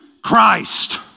Christ